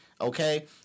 Okay